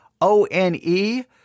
O-N-E